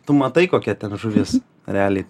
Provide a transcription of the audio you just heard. tu matai kokia ten žuvis realiai